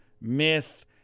myth